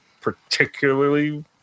particularly